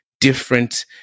different